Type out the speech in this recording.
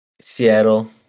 Seattle